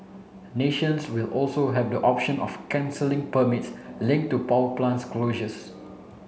nations will also have the option of cancelling permits linked to power plant closures